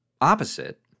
opposite